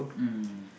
mm